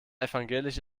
evangelisch